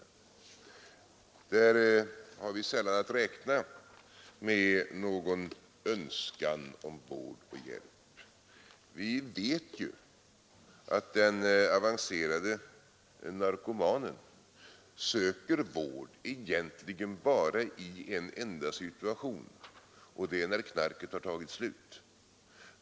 När det gäller dem har vi sällan att räkna med någon önskan om vård och hjälp. Vi vet att den avancerade narkomanen söker vård egentligen bara i en enda situation, och det är när knarket har tagit slut.